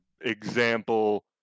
example